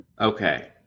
Okay